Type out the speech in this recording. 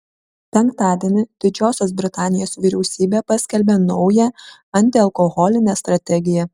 penktadienį didžiosios britanijos vyriausybė paskelbė naują antialkoholinę strategiją